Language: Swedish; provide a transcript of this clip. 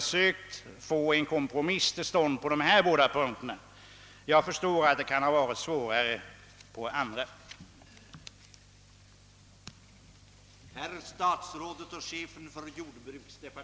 Jag förstår att det kan ha varit svårare på andra punkter.